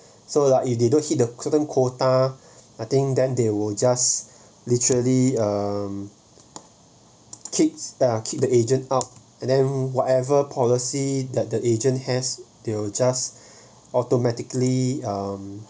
so like if they don't hit the certain quota I think then they will just literally um kick kick the agent out and then whatever policy that the agent has they'll just automatically um